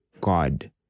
God